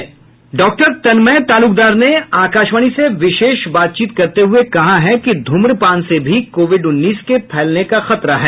doctor Tanmay Talukdar ने आकाशवाणी से विशेष बातचीत करते हुए कहा है कि धूम्रपान से भी कोविड उन्नीस के फैलने का खतरा है